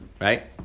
right